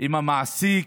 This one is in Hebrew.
עם המעסיק,